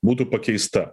būtų pakeista